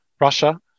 Russia